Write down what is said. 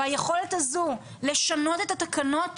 והיכולת הזו לשנות את התקנות,